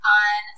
on